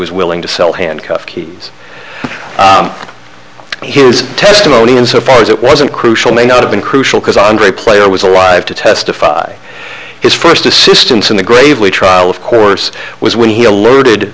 was willing to sell handcuff keys here is testimony in so far as it wasn't crucial may not have been crucial because andre player was alive to testify his first assistance in the gravely trial of course was when he alerted